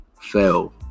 fail